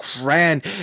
grand